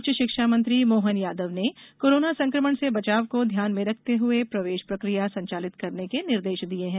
उच्च शिक्षा मंत्री मोहन यादव ने कोरोना संकमण से बचाव को ध्यान में रखते हुए प्रवेश प्रकिया संचालित करने के निर्देश दिये हैं